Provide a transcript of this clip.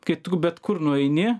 kai tu bet kur nueini